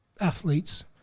athletes